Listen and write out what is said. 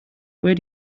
where